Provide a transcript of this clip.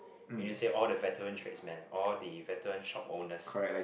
when you say all the veterans tracks man all the veterans shop owners